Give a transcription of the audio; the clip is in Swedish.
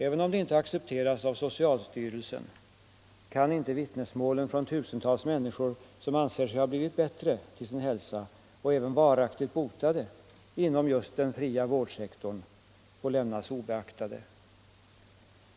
Även om de inte accepteras av socialstyrelsen kan inte vittnesmålen från tusentals människor som anser sig ha blivit bättre till sin hälsa och även varaktigt botade inom ”den fria vårdsektorn” få lämnas obeaktade.